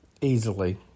Easily